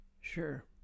Sure